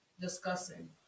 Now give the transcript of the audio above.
discussing